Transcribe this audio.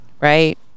right